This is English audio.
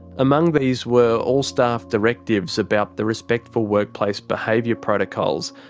among these were all-staff directives about the respectful workplace behaviour protocols,